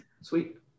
Sweet